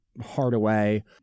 Hardaway